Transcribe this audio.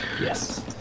Yes